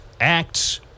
acts